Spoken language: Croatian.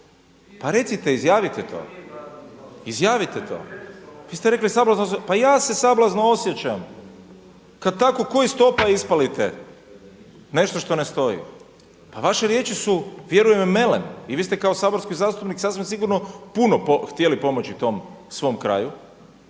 se ne razumije./ … izjavite to. Vi ste rekli sablazno, pa i ja se sablazno osjećam kada tako ko iz topa ispalite nešto što ne stoji. Pa vaše riječi su vjerujem melem i vi ste kao saborski zastupnik sasvim sigurno puno htjeli pomoći tom svom kraju,